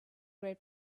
great